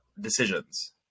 decisions